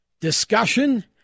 discussion